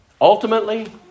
ultimately